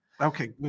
Okay